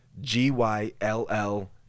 G-Y-L-L